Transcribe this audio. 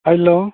hello